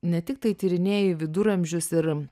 ne tiktai tyrinėji viduramžius ir